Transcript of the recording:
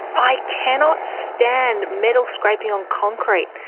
i cannot stand metal scraping on concrete.